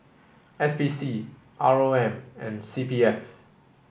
S P C R O M and C P F